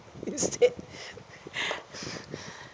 you said